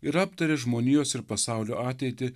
ir aptaria žmonijos ir pasaulio ateitį